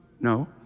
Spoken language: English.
No